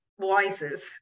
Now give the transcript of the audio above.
voices